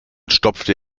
stopfte